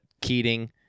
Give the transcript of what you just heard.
Keating